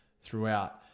throughout